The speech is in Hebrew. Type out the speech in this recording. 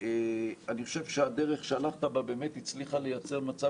ואני חושב שהדרך שהלכת בה באמת הצליחה לייצר מצב